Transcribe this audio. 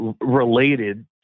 related